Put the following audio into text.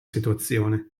situazione